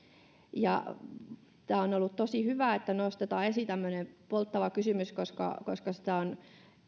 on ollut tosi hyvä että nostetaan esiin tämmöinen polttava kysymys koska koska se on